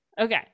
Okay